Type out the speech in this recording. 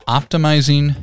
optimizing